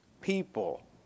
people